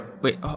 Wait